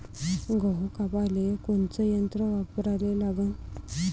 गहू कापाले कोनचं यंत्र वापराले लागन?